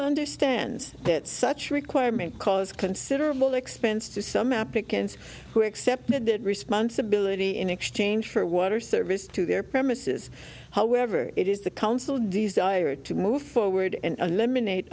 understands that such requirement cause considerable expense to some applicants who accepted that responsibility in exchange for water service to their premises however it is the council desired to move forward and eliminate